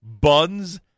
Buns